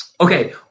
Okay